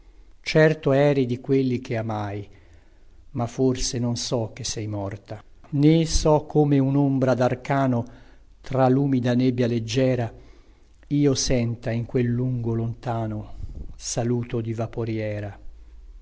certo eri di quelli che amai ma forse non so che sei morta né so come unombra darcano tra lumida nebbia leggiera io senta in quel lungo lontano saluto di vaporiera